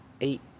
eight